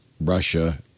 Russia